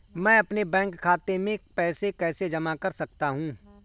मैं अपने बैंक खाते में पैसे कैसे जमा कर सकता हूँ?